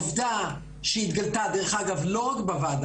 העובדה שהתגלתה, דרך אגב, לא רק בוועדה